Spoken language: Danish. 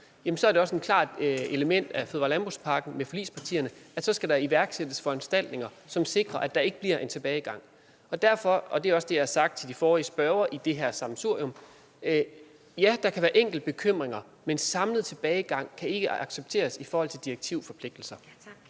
så er det også et klart element i fødevare- og landbrugspakken med forligspartierne, at så skal der iværksættes foranstaltninger, som sikrer, at der ikke bliver en tilbagegang. Derfor – og det er også det, jeg har sagt til de forrige spørgere i det her sammensurium – vil jeg sige, at der kan være enkelte bekymringer, men en samlet tilbagegang kan ikke accepteres i forhold til direktivforpligtelserne.